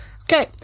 Okay